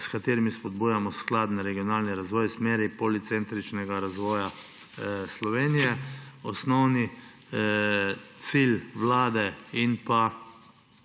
s katerimi spodbujamo skladen regionalni razvoj v smeri policentričnega razvoja Slovenije. Osnovni cilj Vlade in